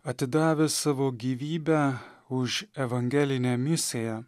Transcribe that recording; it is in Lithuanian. atidavęs savo gyvybę už evangelinę misiją